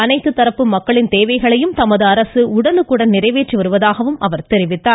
அனைத்து தரப்பு மக்களின் தேவைகளையும் தமது அரசு உடனுக்குடன் நிறைவேற்றி வருவதாகவும் கூறினார்